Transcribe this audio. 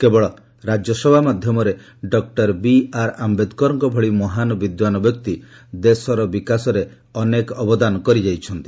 କେବଳ ରାଜ୍ୟସଭା ମାଧ୍ୟମରେ doctor B R ଆମ୍ବେଦକରଙ୍କ ଭଳି ମହାନ୍ ବିଦ୍ୱାନ୍ ବ୍ୟକ୍ତି ଦେଶର ବିକାଶରେ ଅନେକ ଅବଦାନ କରିଯାଇଛନ୍ତି